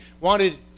wanted